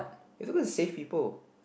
you are suppose to save people